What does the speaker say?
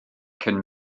cyn